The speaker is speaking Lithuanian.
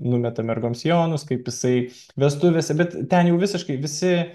numeta mergom sijonus kaip jisai vestuvėse bet ten jau visiškai visi